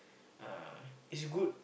uh it's good